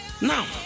Now